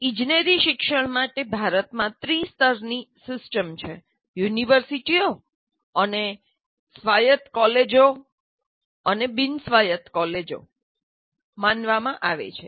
ઇજનેરી શિક્ષણ માટે ભારતમાં ત્રિ સ્તરની સિસ્ટમછે યુનિવર્સિટીઓ સ્વાયત્ત કોલેજો અને બિન સ્વાયત્ત કોલેજો માનવામાં આવે છે